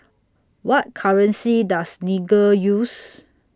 What currency Does Niger use